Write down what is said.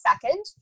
second